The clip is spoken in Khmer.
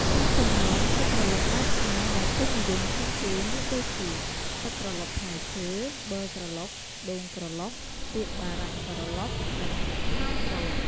ក្នុងចំណោមទឹកក្រឡុកបែបខ្មែរដែលពេញនិយមជាងគេមានដូចជា ទឹកក្រឡុកផ្លែឈើ ប័រក្រឡុក ដូងក្រឡុក ទៀបបារាំងក្រឡុក និងត្នោតក្រឡុក។